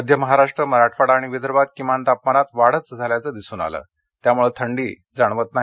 मध्य महाराष्ट्र मराठवाडा आणि विदर्भात किमान तापमानात वाढच झाल्याचं दिसून आलं त्यामूळं थंडी जाणवत नाही